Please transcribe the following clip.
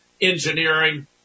engineering